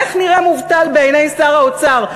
איך נראה מובטל בעיני שר האוצר?